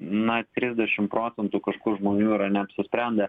na trisdešimt procentų kažkur žmonių yra neapsisprendę